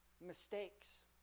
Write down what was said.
mistakes